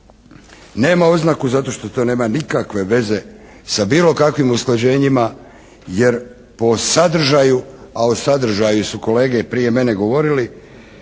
Nema oznaku zato što to nema nikakve veze sa bilo kakvim usklađenjima jer po sadržaju, a o sadržaju su kolege prije mene govorili,